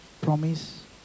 promise